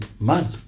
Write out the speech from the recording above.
man